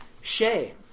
Shay